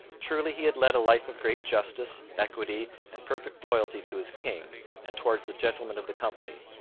truly he had led a life of great justice, equity, and perfect loyalty to his king and towards the gentlemen of the company.